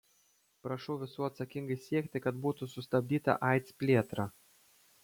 prašau visų atsakingai siekti kad būtų sustabdyta aids plėtra